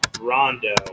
Rondo